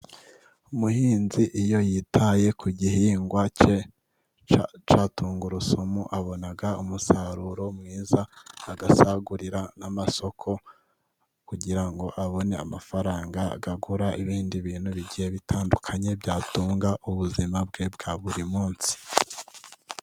Umuhinzi iyo yitaye ku gihingwa cye cya tungurusumu abona umusaruro mwiza agasagurira n'amasoko kugira ngo abone amafaranga akagura ibindi bintu bigiye bitandukanye byatunga ubuzima bwe bwa buri munsi.